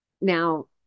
Now